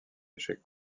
échec